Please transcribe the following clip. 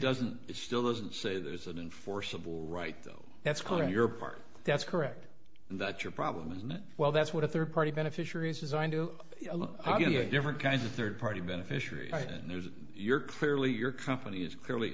doesn't it still doesn't say there's an in for civil right though that's called on your part that's correct that's your problem isn't it well that's what a third party beneficiaries designed to give you different kinds of third party beneficiary and there's your clearly your company is clearly